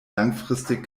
langfristig